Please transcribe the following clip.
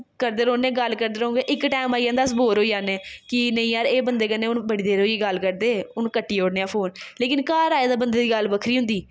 करदे रौह्न्ने गल्ल करदे रौह्न्ने इक टैम आई जंदा अस बोर होई जन्ने कि नेईं यार एह् बंदे कन्नै हून बड़ी देर होई गल्ल करदे हून कट्टी ओड़ने आं फोन लेकिन घर आए दे बंदे दी गल्ल बक्खरी होंदी